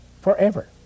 forever